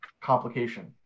complication